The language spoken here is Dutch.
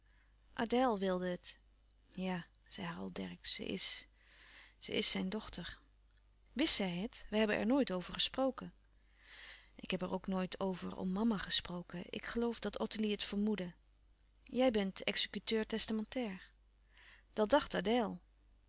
adèle wilde het ja zei harold dercksz ze is ze is zijn dochter wist zij het wij hebben er nooit over gesproken ik heb er ook nooit over om mama gesproken ik geloof dat ottilie het vermoedde jij bent executeur testamentair dat dacht adèle